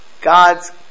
God's